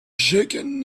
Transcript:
shaken